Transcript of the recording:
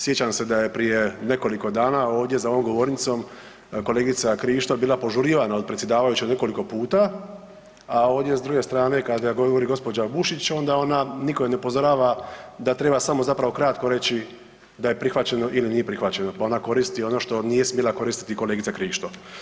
Sjećam se da je prije nekoliko dana ovdje za ovom govornicom kolegica Krišto bila požurivana od predsjedavajućeg nekoliko puta, a ovdje s druge strane kada govori gospođa Bušić onda niko je ne upozorava da treba samo zapravo kratko reći da je prihvaćeno ili nije prihvaćeno, pa ona koristi ono što nije smjela koristiti kolegica Krišto.